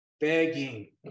begging